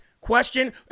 question